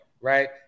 right